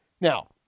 Now